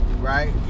right